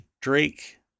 Drake